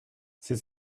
c’est